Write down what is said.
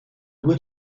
due